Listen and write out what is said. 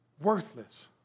worthless